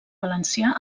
valencià